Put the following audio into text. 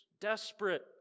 desperate